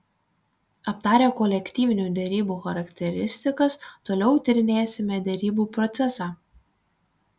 aptarę kolektyvinių derybų charakteristikas toliau tyrinėsime derybų procesą